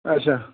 اَچھا